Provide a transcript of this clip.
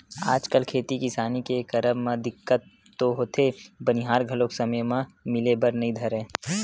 आजकल खेती किसानी के करब म दिक्कत तो होथे बनिहार घलो समे म मिले बर नइ धरय